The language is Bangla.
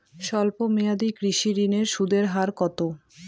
স্বল্প মেয়াদী কৃষি ঋণের সুদের হার কত?